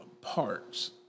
parts